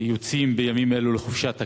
יוצאים בימים אלו לחופשת הקיץ.